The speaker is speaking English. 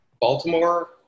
Baltimore